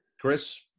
Chris